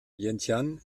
vientiane